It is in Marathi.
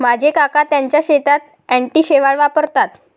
माझे काका त्यांच्या शेतात अँटी शेवाळ वापरतात